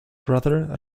brother